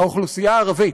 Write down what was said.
האוכלוסייה הערבית,